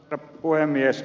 arvoisa puhemies